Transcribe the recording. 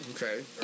Okay